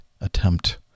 attempt